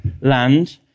land